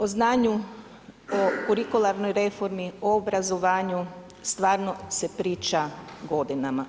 O znanju, kurikularnoj reformi, o obrazovanju stvarno se priča godinama.